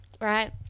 right